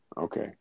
Okay